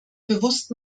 bewusst